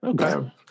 Okay